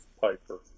Piper